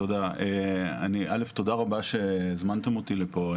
תודה שהזמנתם אותי לפה.